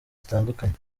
zitandukanye